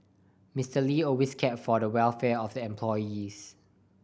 Mister Lee always cared for the welfare of the employees